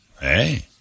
Hey